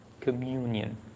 communion